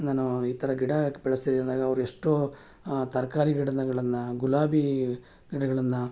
ನಾನೂ ಈ ಥರ ಗಿಡ ಹಾಕಿ ಬೆಳೆಸ್ತಿದ್ದೆ ಅಂದಾಗ ಅವ್ರು ಎಷ್ಟೋ ತರಕಾರಿ ಗಿಡಗಳನ್ನ ಗುಲಾಬಿ ಗಿಡಗಳನ್ನು